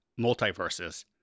multiverses